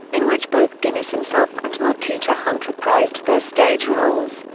in which both guinness himself and martita hunt reprised their stage roles.